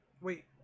wait